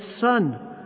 son